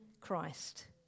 Christ